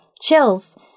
chills